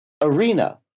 arena